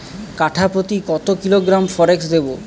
কাঠাপ্রতি কত কিলোগ্রাম ফরেক্স দেবো?